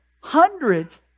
hundreds